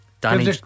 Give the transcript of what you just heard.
Danny